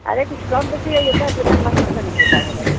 अरे कुछ कम बेसी है इतना प इतना महंग हम तो नहीं ले पाएँगे भाई